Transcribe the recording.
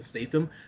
Statham